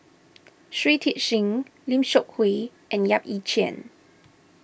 Shui Tit Sing Lim Seok Hui and Yap Ee Chian